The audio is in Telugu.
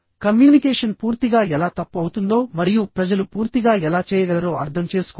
కమ్యూనికేషన్ పూర్తిగా ఎలా తప్పు అవుతుందో మరియు ప్రజలు పూర్తిగా ఎలా చేయగలరో అర్థం చేసుకోండి